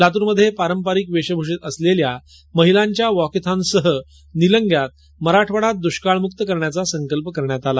लातर मध्ये पारपरिक वेषभूशेत असलेल्या महिलांच्या वॉकेथॉनसह निलंग्यात मराठवाडा दुष्काळ मुक्त करण्याचा संकल्प करण्यात आला